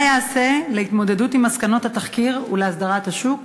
1. מה ייעשה להתמודדות עם מסקנות התחקיר ולהסדרת השוק?